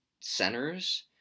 centers